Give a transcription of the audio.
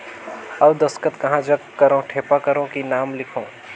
अउ दस्खत कहा जग करो ठेपा करो कि नाम लिखो?